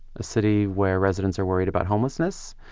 a city where residents are worried about homelessness.